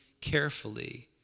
carefully